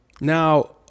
Now